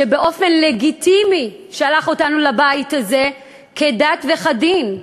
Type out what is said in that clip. שבאופן לגיטימי שלח אותנו לבית הזה כדת וכדין.